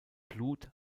blut